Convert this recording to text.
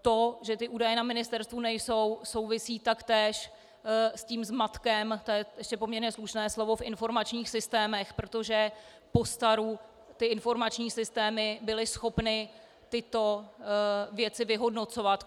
To, že údaje na ministerstvu nejsou, souvisí taktéž se zmatkem, to je ještě poměrně slušné slovo, v informačních systémech, protože postaru ty informační systémy byly schopny tyto věci vyhodnocovat.